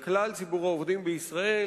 על כלל ציבור העובדים בישראל,